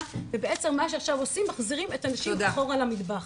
ובעצם מה שעכשיו עושים בעצם מחזירים את הנשים אחורה למטבח.